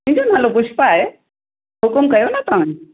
मुंहिंजो नालो पुष्पा आहे हुकुम कयो न तव्हां